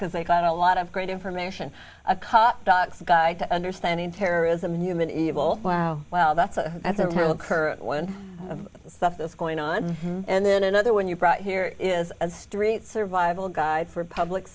because they got a lot of great information a cop guide to understanding terrorism and human evil wow well that's a that's a real current one of the stuff that's going on and then another one you brought here is a street survival guide for public